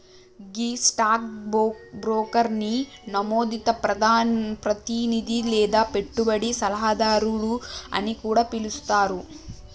గీ stock బ్రోకర్ని నమోదిత ప్రతినిధి లేదా పెట్టుబడి సలహాదారు అని కూడా పిలుస్తారు